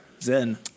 Zen